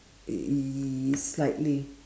ya slightly